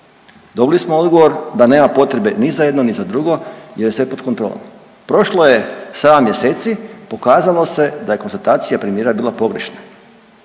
Dobili smo odgovor da nema potrebe ni za jedno, ni za drugo jer je sve pod kontrolom. Prošlo je 7 mjeseci, pokazalo se da je konstatacija premijera bila pogrešna.